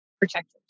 protectors